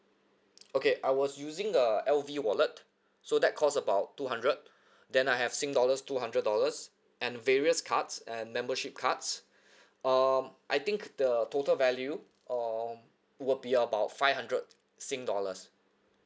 okay I was using a L_V wallet so that cost about two hundred then I have sing dollars two hundred dollars and various cards and membership cards um I think the total value um will be about five hundred sing dollars